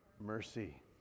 mercy